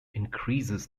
increases